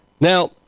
Now